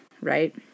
right